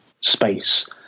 space